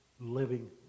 living